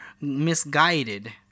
misguided